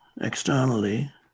externally